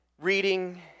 reading